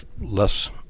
less